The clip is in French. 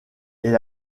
est